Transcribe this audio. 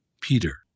Peter